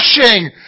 pushing